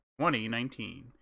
2019